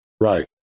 Right